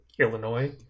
Illinois